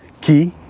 key